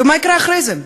ומה יקרה אחרי זה,